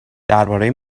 درباره